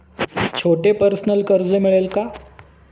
छोटे पर्सनल कर्ज मिळेल का?